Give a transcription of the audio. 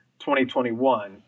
2021